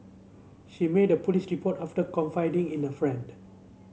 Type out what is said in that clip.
she made a police report after confiding in a friend